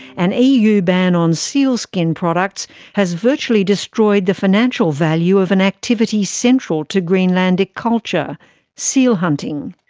an eu ban on sealskin products has virtually destroyed the financial value of an activity central to greenlandic culture seal hunting.